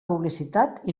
publicitat